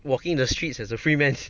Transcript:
walking the streets as a free man